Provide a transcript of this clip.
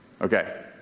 Okay